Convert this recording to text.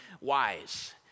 wise